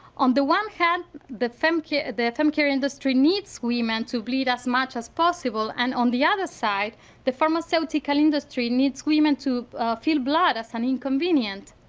on the one hand the femcare femcare industry needs women to bleed as much as possible and on the other side the pharmaceutical industry needs women to feel blood as an inconvenience.